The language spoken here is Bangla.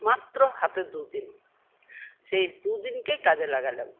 মাত্র হাতে দুদিন সেই দুদিনকেই কাজে লাগালাম